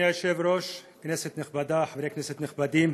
אדוני היושב-ראש, כנסת נכבדה, חברי כנסת נכבדים,